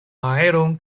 aeron